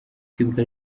twibuka